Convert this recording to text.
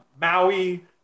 Maui